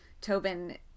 Tobin